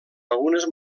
algunes